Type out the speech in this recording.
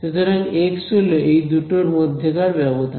সুতরাং এক্স হল এই দুটোর মধ্যে কার ব্যবধান